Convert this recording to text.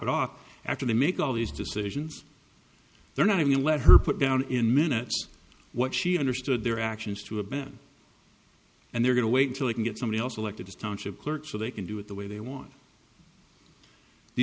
it off after they make all these decisions they're not i mean let her put down in minutes what she understood their actions to have been and they're going to wait until they can get somebody else elected to township clerk so they can do it the way they want the